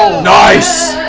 nice!